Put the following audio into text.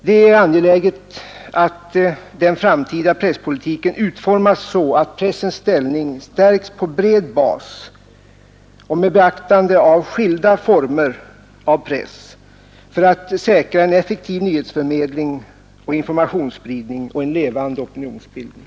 Det är angeläget att den framtida presspolitiken utformas så, att pressens ställning stärks på bred bas och med beaktande av behovet av skilda former av press för att säkra en effektiv nyhetsförmedling och informationsspridning och en levande opinionsbildning.